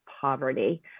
poverty